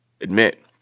admit